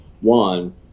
one